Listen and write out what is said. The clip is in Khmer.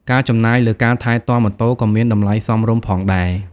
ការចំណាយលើការថែទាំម៉ូតូក៏មានតម្លៃសមរម្យផងដែរ។